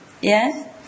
yes